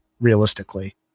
realistically